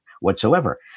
whatsoever